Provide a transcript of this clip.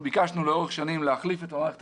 לאורך שנים ביקשנו להחליף את המערכת